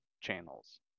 channels